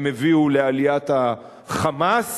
והם הביאו לעליית ה"חמאס",